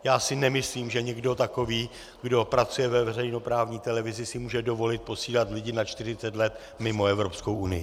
Já si nemyslím, že někdo takový, kdo pracuje ve veřejnoprávní televizi, si může dovolit posílat lidi na čtyřicet let mimo Evropskou unii.